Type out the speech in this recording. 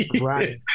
Right